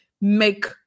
make